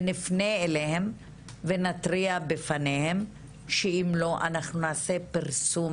נפנה אליהם ונתריע בפניהם שאם לא ידווחו אנחנו נעשה פרסום